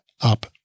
up